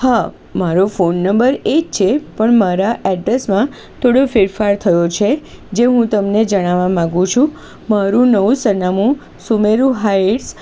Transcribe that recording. હા મારો phone number એ જ છે પણ મારાં એડ્રેસમાં થોડો ફેરફાર થયો છે જે હું તમને જણાવવાં માંગુ છું મારું નવું સરનામું સુમેરુ હાઇટ્સ